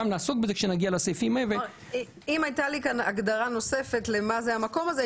אם הייתה לי כאן הגדרה נוספת למה זה המקום הזה,